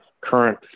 current